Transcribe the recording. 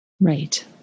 right